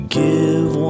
give